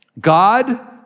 God